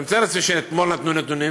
אני מתאר לעצמי שאתמול נתנו נתונים,